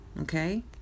okay